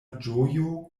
ĝojo